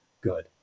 good